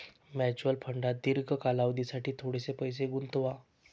mutual फंडात दीर्घ कालावधीसाठी थोडेसे पैसे गुंतवा